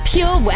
Pure